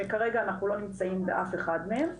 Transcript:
שכרגע אנחנו לא נמצאים באף אחד מהם.